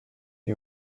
est